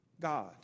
God